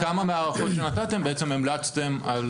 מההערכות שנתתם בעצם המלצתם?